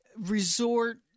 resort